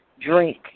drink